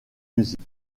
allmusic